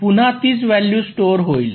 तर ते पुन्हा तीच व्हॅल्यू स्टोअर होईल